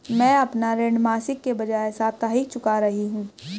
मैं अपना ऋण मासिक के बजाय साप्ताहिक चुका रही हूँ